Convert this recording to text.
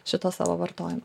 šito savo vartojimo